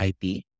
IP